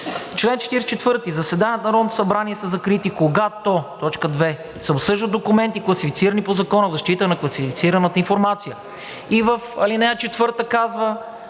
„Член 44. Заседанията на Народното събрание са закрити когато – т. 2, се обсъждат документи, класифицирани по Закона за защита на класифицираната информация.“ И в ал. 4 казва: